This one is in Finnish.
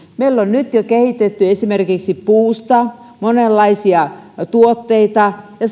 meillä on nyt jo kehitetty esimerkiksi puusta monenlaisia tuotteita ja